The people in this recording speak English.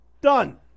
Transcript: Done